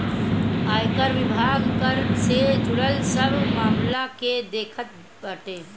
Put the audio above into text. आयकर विभाग कर से जुड़ल सब मामला के देखत बाटे